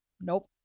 Nope